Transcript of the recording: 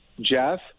Jeff